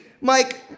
Mike